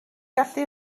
gallu